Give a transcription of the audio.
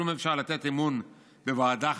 כלום אפשר לתת אמון בוועדה חדשה?"